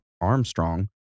Armstrong